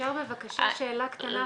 אפשר בבקשה שאלה קטנה?